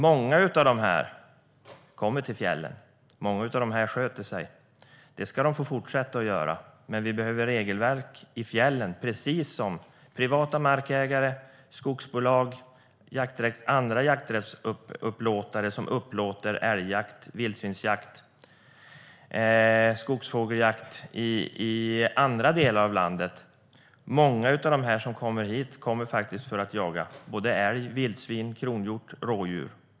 Många av dem kommer till fjällen, och många av dem sköter sig. Det ska de få fortsätta att göra, men vi behöver regelverk i fjällen, precis som det finns regelverk för privata markägare, skogsbolag och jakträttsupplåtare som upplåter jakträtt för älgjakt, vildsvinsjakt och skogsfågeljakt i andra delar av landet. Många av dem som kommer hit kommer för att jaga både älg, vildsvin, kronhjort och rådjur.